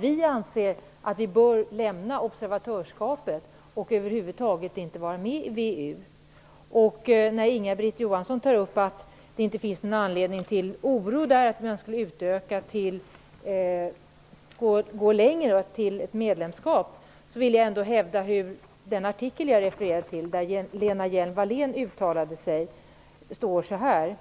Vi anser att vi bör lämna observatörskapet och över huvud taget inte vara med i VEU. Inga-Britt Johansson säger att det inte finns någon anledning till oro för att man skulle gå längre, att det skulle leda till medlemskap. Jag vill hänvisa till en artikel där Lena Hjelm-Wallén uttalade sig så här: